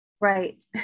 right